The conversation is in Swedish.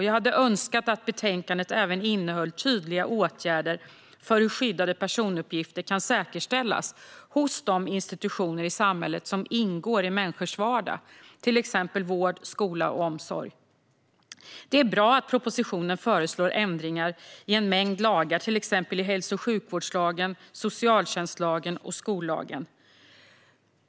Jag hade önskat att betänkandet även innehållit tydliga åtgärder för se till att skyddade personuppgifter kan säkerställas hos de institutioner i samhället som ingår i människors vardag som till exempel vård, skola och omsorg. Det är bra att propositionen föreslår ändringar i en mängd lagar som till exempel i hälso och sjukvårdslagen, socialtjänstlagen och skollagen.